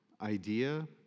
idea